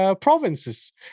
Provinces